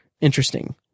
interesting